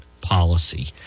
policy